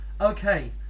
Okay